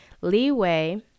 leeway